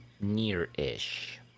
near-ish